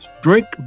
Drink